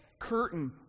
curtain